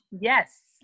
Yes